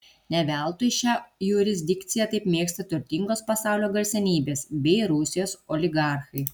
ne veltui šią jurisdikciją taip mėgsta turtingos pasaulio garsenybės bei rusijos oligarchai